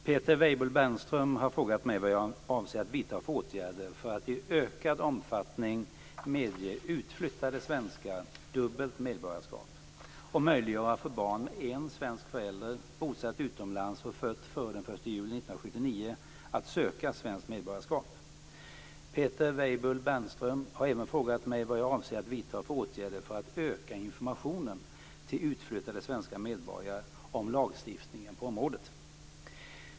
Peter Weibull Bernström har frågat mig vad jag avser att vidta för åtgärder för att i ökad omfattning medge utflyttade svenskar dubbelt medborgarskap och möjliggöra för barn med en svensk förälder, bosatt utomlands och fött före den 1 juli Bernström har även fråga mig vad jag avser att vidta för åtgärder för att öka informationen till utflyttade svenska medborgare om lagstiftningen på området.